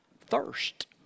thirst